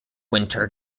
winter